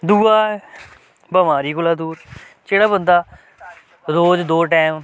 दूआ बमारी कोला दूर जेह्ड़ा बंदा रोज दो टैम